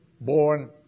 born